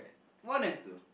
one and two